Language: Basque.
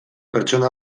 pertsona